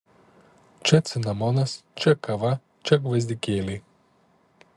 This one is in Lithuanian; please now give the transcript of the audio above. čia cinamonas čia kava čia gvazdikėliai